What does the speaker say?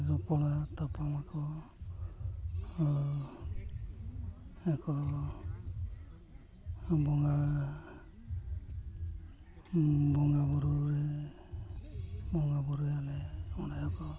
ᱨᱚᱯᱚᱲᱟ ᱛᱟᱯᱟᱢ ᱟᱠᱚ ᱟᱠᱚ ᱵᱚᱸᱜᱟ ᱵᱚᱸᱜᱟᱼᱵᱩᱨᱩ ᱨᱮ ᱵᱚᱸᱜᱟᱼᱵᱩᱨᱩᱭᱟᱞᱮ ᱚᱸᱰᱮ ᱦᱚᱸᱠᱚ